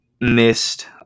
missed